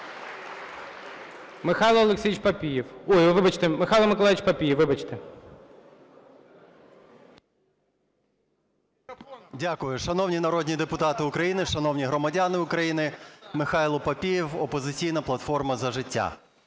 Дякую. Шановні народні депутати України! Шановні громадяни України! Михайло Папієв, "Опозиційна платформа - За життя".